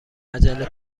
عجله